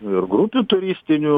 ir grupių turistinių